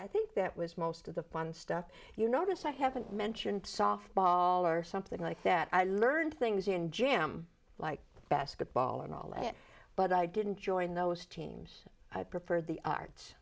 i think that was most of the fun stuff you notice i haven't mentioned softball or something like that i learned things in jam like basketball and all that but i didn't join those teams i prefer the ar